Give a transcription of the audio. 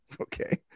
okay